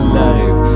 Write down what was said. life